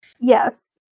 Yes